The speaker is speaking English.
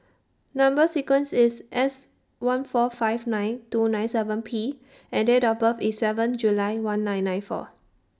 Number sequence IS S one four five nine two nine seven P and Date of birth IS seven July one nine nine one